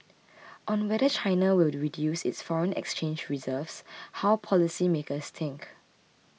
on whether China will reduce its foreign exchange reserves how policymakers think